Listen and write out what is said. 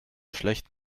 schlecht